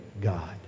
God